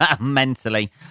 mentally